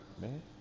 man